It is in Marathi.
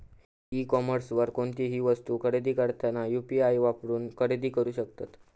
ई कॉमर्सवर कोणतीही वस्तू खरेदी करताना यू.पी.आई वापरून खरेदी करू शकतत